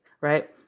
right